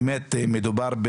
באמת מדובר,